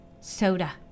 soda